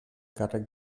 càrrec